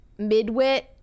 midwit